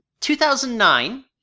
2009